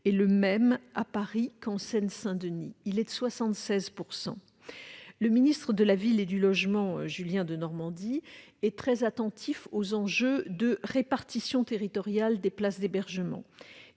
est le même à Paris qu'en Seine Saint-Denis : il est de 76 %. Le ministre de la ville et du logement, Julien Denormandie, est très attentif aux enjeux de répartition territoriale des places d'hébergement